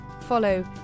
follow